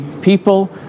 people